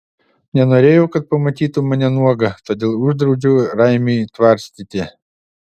nenorėjau kad pamatytų mane nuogą todėl uždraudžiau raimiui tvarstyti